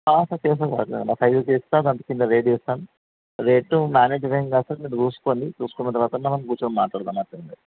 sir చేసాను sir సైజులు చేస్తాను దాని కింద రేట్ వేస్తాను రేట్ మేనేజ్మెంట్ ఏమి కాదు సార్ మీరు చూసుకోండి చూసుకున్న తరువాత మనం కూర్చుని మాట్లాడుకుందాం